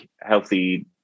healthy